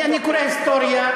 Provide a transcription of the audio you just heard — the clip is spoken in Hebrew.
מה, אני קורא היסטוריה,